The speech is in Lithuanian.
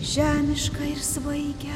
žemiška ir svaigia